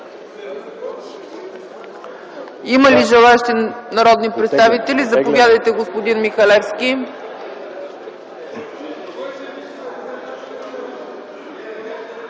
Има ли други народни представители? Заповядайте, господин Михайлов.